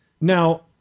Now